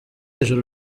ijuru